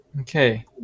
Okay